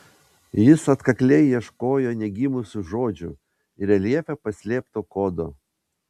jis atkakliai ieškojo negimusių žodžių reljefe paslėpto kodo